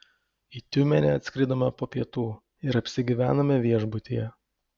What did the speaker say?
į tiumenę atskridome po pietų ir apsigyvenome viešbutyje